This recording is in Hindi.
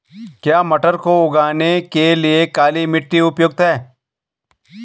क्या मटर को उगाने के लिए काली मिट्टी उपयुक्त है?